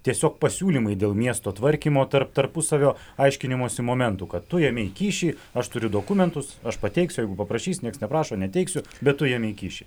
tiesiog pasiūlymai dėl miesto tvarkymo tarp tarpusavio aiškinimosi momentų kad tu ėmei kyšį aš turiu dokumentus aš pateiksiu jeigu paprašys nieks neprašo neteiksiu bet tu ėmei kyšį